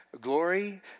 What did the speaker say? Glory